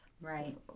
Right